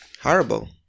Horrible